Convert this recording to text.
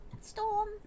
storm